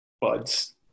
buds